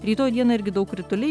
rytoj dieną irgi daug krituliai